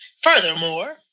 Furthermore